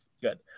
Good